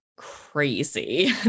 Crazy